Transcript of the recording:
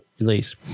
release